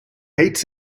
hates